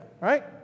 right